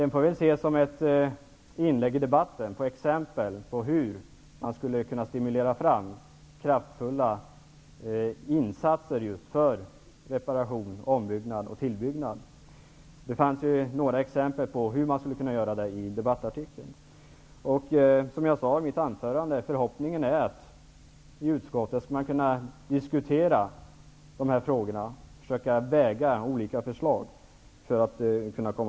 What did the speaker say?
Den får ses som ett inlägg i debatten och exempel på hur man skulle kunna stimulera fram kraftfulla insatser för reparation, ombyggnad och tillbyggnad. I artikeln fanns några exempel på hur man skulle kunna göra. Som jag sade i mitt anförande är förhoppningen att man i utskottet skall kunna diskutera dessa frågor och försöka väga olika förslag för att komma framåt.